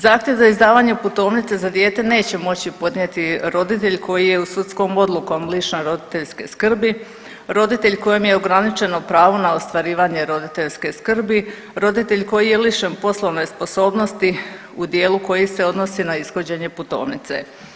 Zahtjev za izdavanje putovnice za dijete neće moći podnijeti roditelj koji je sudskom odlukom lišen roditeljske skrbi, roditelj kojem je ograničeno pravo na ostvarivanje roditeljske, roditelj koji je lišen poslovne sposobnosti u dijelu koji se odnosi na ishođenje putovnice.